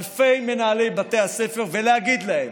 אלפי מנהלי בתי הספר ולהגיד להם: